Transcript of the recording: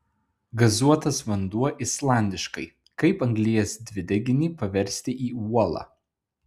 gazuotas vanduo islandiškai kaip anglies dvideginį paversti į uolą